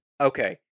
Okay